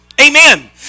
Amen